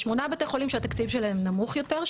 יש שמונה בתי חולים שהתקציב שלהם נמוך יותר,